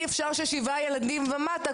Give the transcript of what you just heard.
אי-אפשר שבשבעה ילדים ומטה,